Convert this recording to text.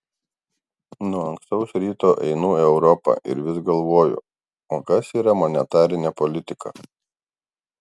nuo ankstaus ryto einu į europą ir vis galvoju o kas yra monetarinė politika